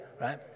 right